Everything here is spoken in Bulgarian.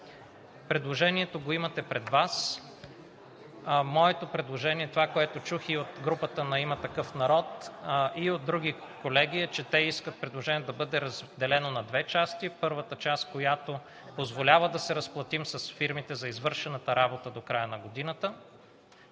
Предложението го имате пред Вас. Моето предложение и това, което чух от групата на „Има такъв народ“ и от други колеги, е, че те искат предложението да бъде разделено на две части: първата част, която позволява да се разплатим с фирмите за извършената работа до края на годината